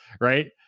right